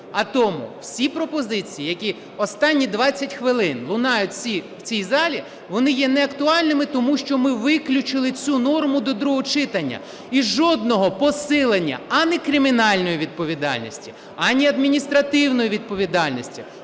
А тому всі пропозиції, які останні 20 хвилин лунають в цій залі, вони є неактуальними, тому що ми виключили цю норму до другого читання. І жодного посилення ані кримінальної відповідальності, ані адміністративної відповідальності